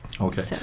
Okay